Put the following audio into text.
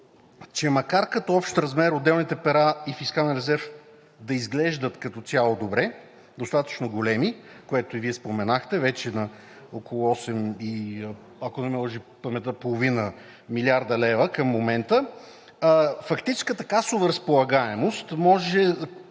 че макар като общ размер, отделните пера и фискален резерв да изглеждат като цяло добре – достатъчно големи, което и Вие споменахте – вече около осем и ако не ме лъже паметта половин милиарда лева към момента. Фактическата касова разполагаемост,